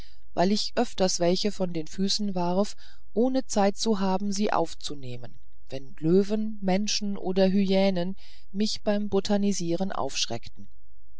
weil ich öfters welche von den füßen warf ohne zeit zu haben sie aufzuheben wenn löwen menschen oder hyänen mich beim botanisieren aufschreckten